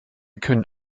können